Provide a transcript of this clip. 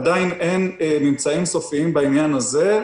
עדיין אין ממצאים סופיים בעניין הזה.